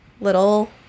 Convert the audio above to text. little